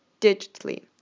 digitally